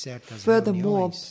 Furthermore